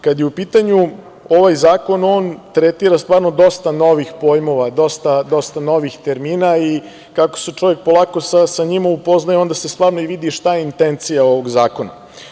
Kad je u pitanju ovaj zakon, on tretira stvarno dosta novih pojmova, dosta novih termina i kako se čovek polako sa njima upoznaje, onda se stvarno i vidi šta je intencija ovog zakona.